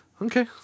Okay